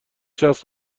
شخص